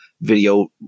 video